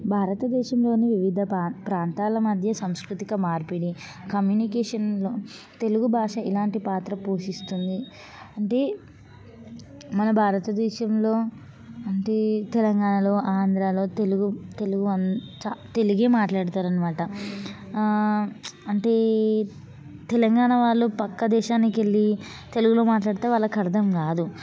భారతదేశంలోని వివిధ పా ప్రాంతాల మధ్య సంస్కృతిక మార్పిడి కమ్యూనికేషన్ తెలుగు భాష ఎలాంటి పాత్ర పోషిస్తుంది అంటే మన భారతదేశంలో అంటే తెలంగాణలో ఆంధ్రాలో తెలుగు తెలుగు అన్ తెలుగే మాట్లాడతారు అన్నమాట అంటే తెలంగాణ వాళ్ళు ప్రక్క దేశానికి వెళ్ళి తెలుగులో మాట్లాడితే వాళ్ళకు అర్థం కాదు